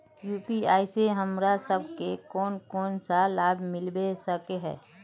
UPI से हमरा सब के कोन कोन सा लाभ मिलबे सके है?